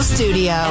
Studio